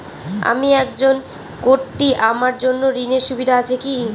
আমি একজন কট্টি আমার জন্য ঋণের সুবিধা আছে কি?